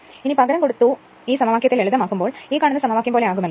ഇനി പകരം കൊടുത്തു ഈ സമവാക്യത്തെ ലളിതമാകുമ്പോൾ ഈ കാണുന്ന സമവാക്യം പോലെ ആകുമലോ